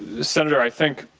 senator, i think